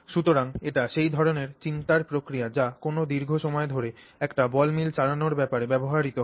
সুতরাং এটি সেই ধরণের চিন্তার প্রক্রিয়া যা কোনও দীর্ঘ সময় ধরে একটি বল মিল চালানর ব্যাপারে ব্যবহৃত হয়